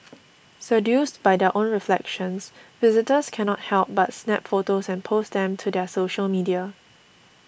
seduced by their own reflections visitors cannot help but snap photos and post them to their social media